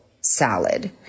salad